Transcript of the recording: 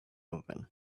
open